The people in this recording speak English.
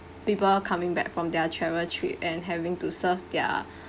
people coming back from their travel trip and having to serve their